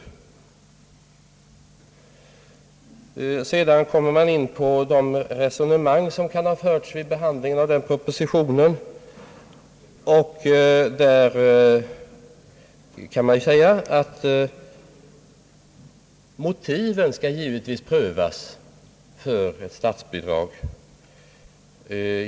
Därefter kommer man in på de re sonemang som kan ha förts vid behandlingen av denna proposition. Motiven för statsbidrag skall givetvis prövas.